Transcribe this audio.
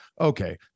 okay